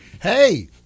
Hey